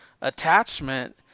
attachment